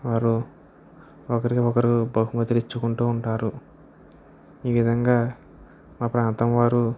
వారు ఒకరికి ఒకరు బహుమతులు ఇచ్చుకుంటూ వుంటారు ఈ విధంగా మా ప్రాంతం వారు